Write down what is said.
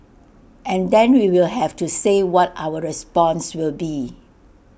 and then we'll have to say what our response will be